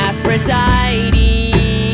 Aphrodite